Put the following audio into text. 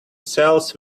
sells